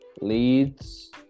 leads